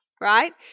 right